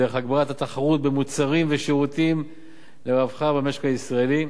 דרך הגברת התחרות במוצרים ושירותים לרווחה במשק הישראלי,